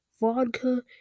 vodka